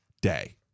day